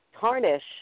tarnish